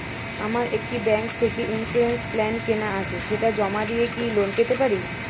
আমার একটি ব্যাংক থেকে ইন্সুরেন্স প্ল্যান কেনা আছে সেটা জমা দিয়ে কি লোন পেতে পারি?